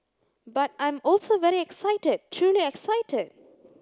but I'm also very excited truly excited